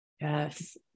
Yes